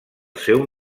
seu